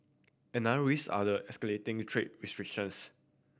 another risk are the escalating trade restrictions